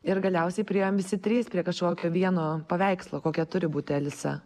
ir galiausiai priėjom visi trys prie kažkokio vieno paveikslo kokia turi būti alisa